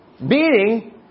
meaning